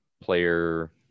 player